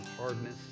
hardness